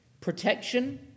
protection